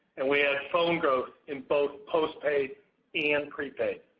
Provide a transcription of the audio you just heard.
and we had phone growth in both postpaid and prepaid.